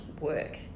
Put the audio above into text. work